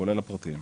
כולל הפרטיים.